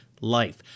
life